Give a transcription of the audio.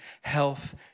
health